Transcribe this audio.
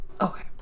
okay